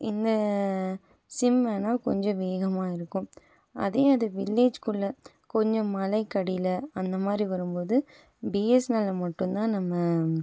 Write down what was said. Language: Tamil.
இந்த சிம் வேணுணா கொஞ்சம் வேகமாக இருக்கும் அதே அது வில்லேஜ் குள்ள கொஞ்சம் மலைக்கு அடியில் அந்த மாதிரி வரும் போது பிஎஸ்னல்ல மட்டுந்தான் நம்ம